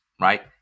right